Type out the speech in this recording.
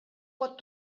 pot